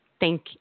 Thank